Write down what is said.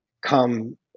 come